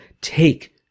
take